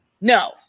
no